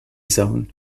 zone